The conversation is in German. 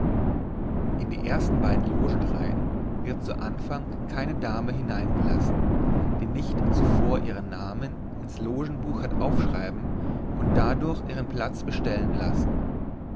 in die beiden ersten logenreihen wird zu anfang keine dame hineingelassen die nicht zuvor ihren namen ins logenbuch hat aufschreiben und dadurch ihren platz bestellen lassen